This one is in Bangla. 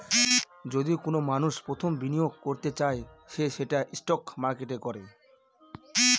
যদি কোনো মানষ প্রথম বিনিয়োগ করতে চায় সে সেটা স্টক মার্কেটে করে